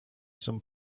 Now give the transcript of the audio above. some